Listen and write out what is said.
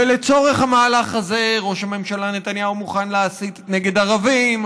ולצורך המהלך הזה ראש הממשלה נתניהו מוכן להסית נגד ערבים.